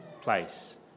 place